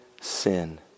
sin